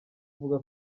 uvuga